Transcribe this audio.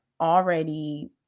already